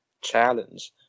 challenge